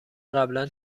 قبلا